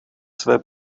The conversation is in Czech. své